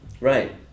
Right